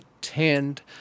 tend